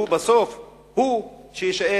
שהוא יישאר,